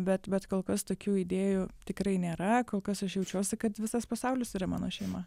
bet bet kol kas tokių idėjų tikrai nėra kol kas aš jaučiuosi kad visas pasaulis yra mano šeima